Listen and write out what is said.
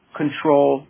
control